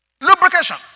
Lubrication